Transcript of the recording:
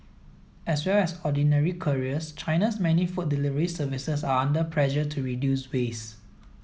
as well as ordinary couriers China's many food delivery services are under pressure to reduce waste